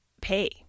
pay